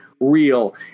real